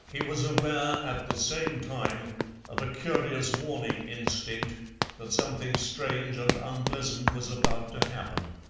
he was aware at the same time of a curious warning instinct that something strange and unpleasant was about to happen.